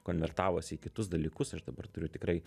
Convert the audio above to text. konvertavosi į kitus dalykus aš dabar turiu tikrai